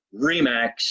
REMAX